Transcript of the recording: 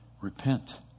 repent